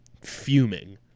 fuming